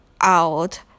out